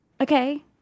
okay